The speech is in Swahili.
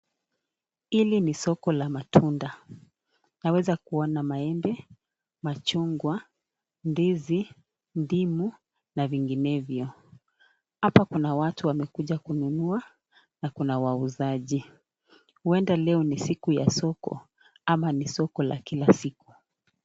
Hili ni soko la matunda. Naweza kuona maembe, machungwa, ndizi, ndimu na vinginevyo. Hapa kuna watu wamekuja kununua na kuna wauzaji. Huenda leo ni siku ya soko ama ni soko la kila siku.